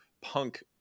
punk